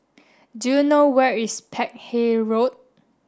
do you know where is Peck Hay Road